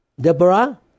Deborah